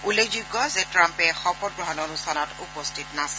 উল্লেখযোগ্য যে ট্ৰাম্পে শপত গ্ৰহণ অনুষ্ঠানত উপস্থিত নাছিল